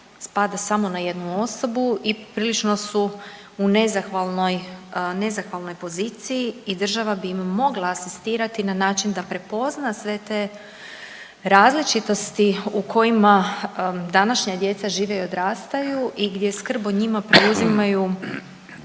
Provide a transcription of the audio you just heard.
spada samo na jednu osobu i prilično su u nezahvalnoj, nezahvalnoj poziciji i država bi im mogla asistirati na način da prepozna sve te različitosti u kojima današnja djeca žive i odrastaju i gdje skrb o njima preuzimaju